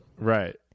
Right